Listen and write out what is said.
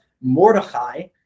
Mordechai